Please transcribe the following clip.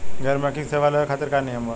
गैर बैंकिंग सेवा लेवे खातिर का नियम बा?